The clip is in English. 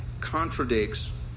contradicts